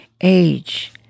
age